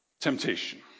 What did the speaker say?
temptation